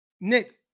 Nick